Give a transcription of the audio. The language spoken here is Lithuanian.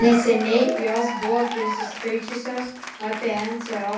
neseniai jos buvo prisiskaičiusios apie nso